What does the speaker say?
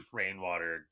rainwater